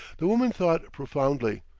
the woman thought profoundly,